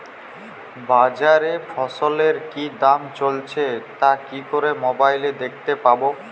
বাজারে ফসলের কি দাম চলছে তা কি করে মোবাইলে দেখতে পাবো?